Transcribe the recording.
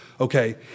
okay